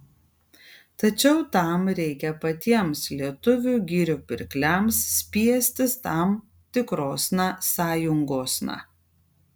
tačiau tam reikia patiems lietuvių girių pirkliams spiestis tam tikrosna sąjungosna